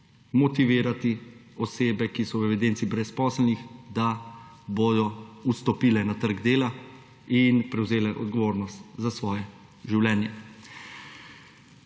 motivirati osebe, ki so v evidenci brezposelnih, da bodo vstopile na trg dela in prevzele odgovornost za svoje življenje.